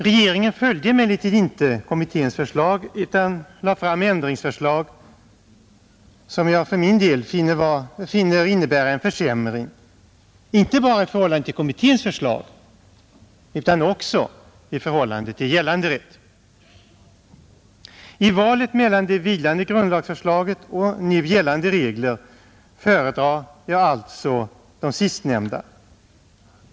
Regeringen följde emellertid inte kommitténs förslag utan lade fram ändringsförslag, som jag för min del finner innebära en försämring, inte bara i förhållande till kommitténs förslag utan också i förhållande till gällande rätt. I valet mellan det vilande grundlagsförslaget och nu gällande regler föredrar jag alltså de sistnämnda.